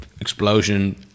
explosion